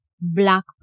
black